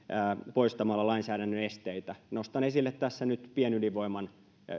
poistamalla lainsäädännön esteitä mahdollistamaan uusien teknologioiden käyttöönottoa nostan esille tässä nyt pienydinvoiman